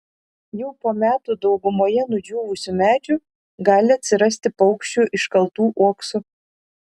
jau po metų daugumoje nudžiūvusių medžių gali atsirasti paukščių iškaltų uoksų